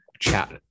chat